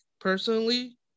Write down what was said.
personally